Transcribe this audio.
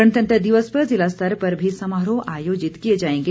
गणतंत्र दिवस पर जिला स्तर पर भी समारोह आयोजित किए जाएंगे